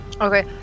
Okay